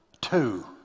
Two